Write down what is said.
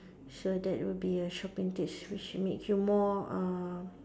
so that will be a shopping tips which makes you more uh